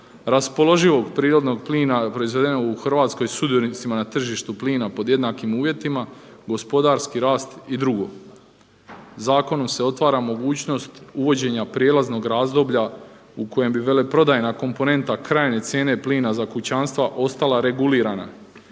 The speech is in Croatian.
raspoloživog prirodnog plina proizvedenog u Hrvatskoj sudionicima na tržištu plina pod jednakim uvjetima, gospodarski rast i drugo. Zakonom se otvara mogućnost uvođenja prijelaznog razdoblja u kojem bi veleprodajna komponenta krajnje cijene plina za kućanstva ostala regulirana.